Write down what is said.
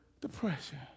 depression